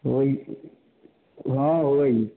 वही हँ वही